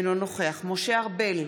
אינו נוכח משה ארבל,